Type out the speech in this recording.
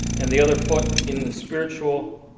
and the other foot in the spiritual,